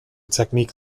technique